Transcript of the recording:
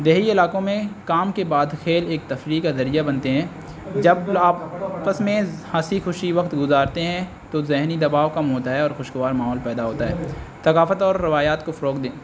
دیہی علاقوں میں کام کے بعد کھیل ایک تفریح کا ذریعہ بنتے ہیں جب آپس میں ہنسی خوشی وقت گزارتے ہیں تو ذہنی دباؤ کم ہوتا ہے اور خوشگوار ماحول پیدا ہوتا ہے ثقافت اور روایات کو فروغ دیں